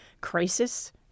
crisis